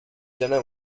dinner